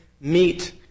meet